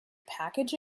package